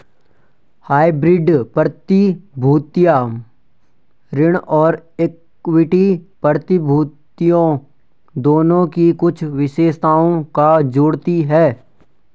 hybrid प्रतिभूतियां ऋण और इक्विटी प्रतिभूतियों दोनों की कुछ विशेषताओं को जोड़ती हैं